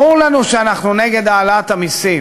ברור לנו שאנחנו נגד העלאת המסים